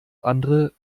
andere